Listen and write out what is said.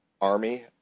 army